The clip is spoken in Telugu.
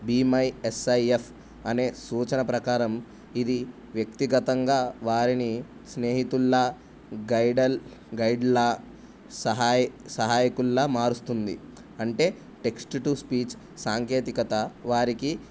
బీ మై ఎస్ఐఎఫ్ అనే సూచన ప్రకారం ఇది వ్యక్తిగతంగా వారిని స్నేహితుల్లా గైడల్ గైడ్లా సహాయ సహాయకుల్లా మారుస్తుంది అంటే టెక్స్ట్ టు స్పీచ్ సాంకేతికత వారికి